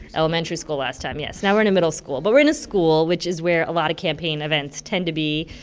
elementary school last time, yes. now we're in a middle school. but we're in a school, which is where a lot of campaign events tend to be.